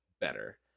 better